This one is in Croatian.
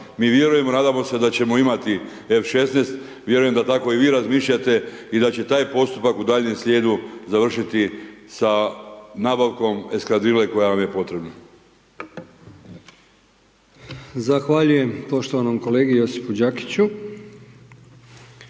Mi vjerujemo, nadamo se da ćemo imati F-16, vjerujem da tako i vi razmišljate i da će taj postupak u daljnjem slijedu završiti sa nabavkom eskadrile koja vam je potrebna. **Brkić, Milijan (HDZ)** Zahvaljujem poštovanom kolegi Josipu Đakiću.